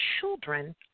children